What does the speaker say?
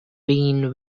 been